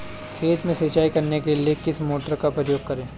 खेत में सिंचाई करने के लिए किस मोटर का उपयोग करें?